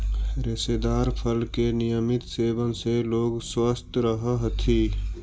रेशेदार फल के नियमित सेवन से लोग स्वस्थ रहऽ हथी